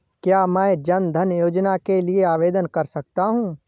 क्या मैं जन धन योजना के लिए आवेदन कर सकता हूँ?